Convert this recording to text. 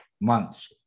months